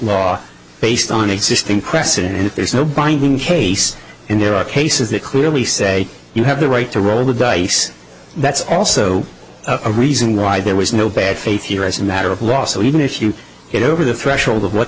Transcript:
law based on existing precedent and if there is no binding case and there are cases that clearly say you have the right to roll the dice that's also a reason why there was no bad faith here as a matter of law so even if you get over the threshold of what